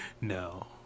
No